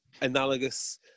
analogous